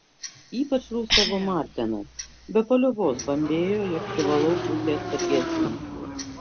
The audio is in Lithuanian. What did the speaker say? ypač rūstavo martenas be paliovos bambėjo jog privalau būti atsargesnė